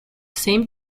same